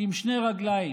עם שתי רגליים.